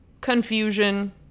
confusion